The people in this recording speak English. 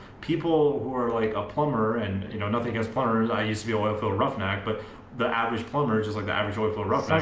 people who are like a plumber and you know nothing has plumbers i used to be oilfield roughneck but the average plumbers is like the average roi for rough